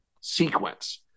sequence